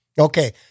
Okay